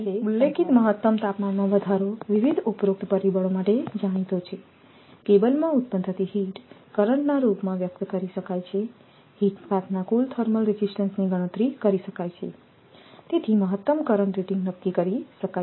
પછી ઉલ્લેખિત મહત્તમ તાપમાનમાં વધારો વિવિધ ઉપરોક્ત પરિબળો માટે જાણીતો છે કેબલમાં ઉત્પન્ન થતી હિટ કરંટના રૂપમાં વ્યક્ત કરી શકાય છેહિટ પાથના કુલ થર્મલ રેઝિસ્ટન્સની ગણતરી કરી શકાય છે તેથી મહત્તમ કરંટ રેટિંગ નક્કી કરી શકાય છે